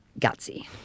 Gutsy